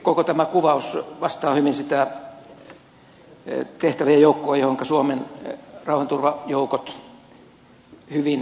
koko tämä kuvaus vastaa hyvin sitä tehtävien joukkoa johonka suomen rauhanturvajoukot hyvin soveltuvat